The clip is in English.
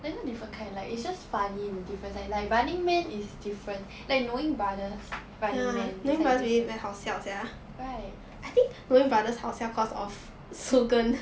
but you know different kind of like it's just funny in a different sense like running man is different like knowing brothers running man is like different right